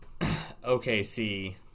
OKC